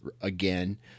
again